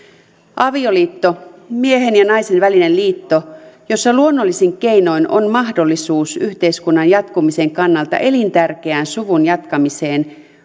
avioliitto miehen ja naisen välinen liitto jossa luonnollisin keinoin on mahdollisuus yhteiskunnan jatkumisen kannalta elintärkeään suvun jatkamiseen